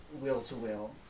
will-to-will